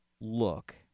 look